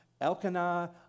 Elkanah